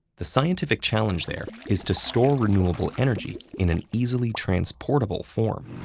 the scientific challenge there is to store renewable energy in an easily transportable form.